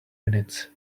minutes